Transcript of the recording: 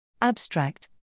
Abstract